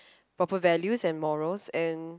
proper values and morals and